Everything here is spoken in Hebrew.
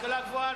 השכלה גבוהה,